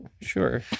sure